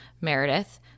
meredith